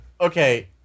Okay